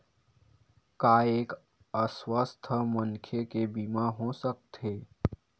का एक अस्वस्थ मनखे के बीमा हो सकथे?